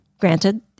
granted